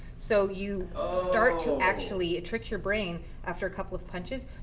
so you start to actually it tricks your brain after a couple of punches.